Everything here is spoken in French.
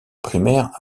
primaire